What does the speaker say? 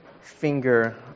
finger